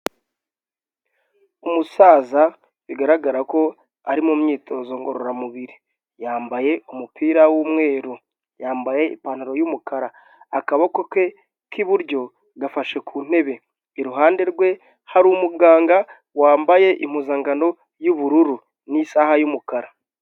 Umusaza bigaragara ko ari mu myitozo ngororamubiri yambaye umupira w'umweru, yambaye ipantaro y'umukara. Akaboko ke k'iburyo gafashe ku ntebe, iruhande rwe hari umuganga wambaye impuzankano y'ubururu n'isaha y'umukara.